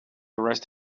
rest